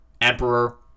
emperor